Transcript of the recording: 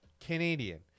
Canadian